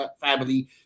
family